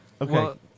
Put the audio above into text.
Okay